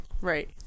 Right